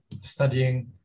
studying